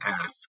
ask